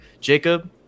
Jacob